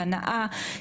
בהנאה,